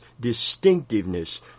distinctiveness